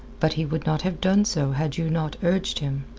but he would not have done so had you not urged him.